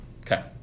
Okay